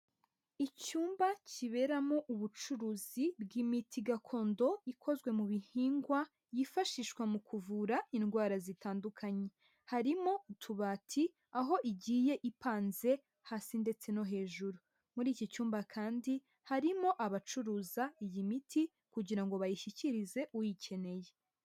Icyumba kiberamo ubucuruzi bw'imiti gakondo ikozwe mu bihingwa yifashishwa mu kuvura indwara zitandukanye, harimo utubati aho igiye ipanze hasi ndetse no hejuru. Muri iki cyumba kandi harimo abacuruza iyi miti kugira ngo bayishyikirize uyikeneye.